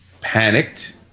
panicked